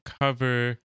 cover